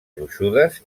gruixudes